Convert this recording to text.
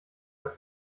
dass